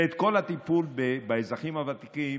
ואת כל הטיפול באזרחים הוותיקים